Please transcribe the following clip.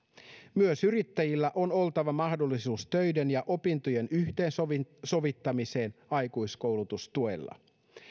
myös yrittäjillä on oltava mahdollisuus töiden ja opintojen yhteensovittamiseen aikuiskoulutustuella